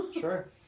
Sure